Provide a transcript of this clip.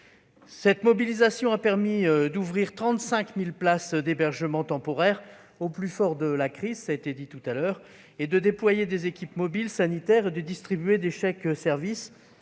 Cette mobilisation a permis d'ouvrir 35 000 places d'hébergement temporaire au plus fort de la crise, de déployer des équipes mobiles sanitaires et de distribuer des chèques-services